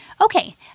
okay